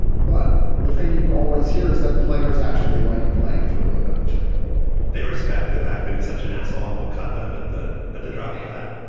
but the thing you always hear is that players actually like playing for bill belichick they respect the fact that he's such an asshole and will cut them at that at the drop of a hat.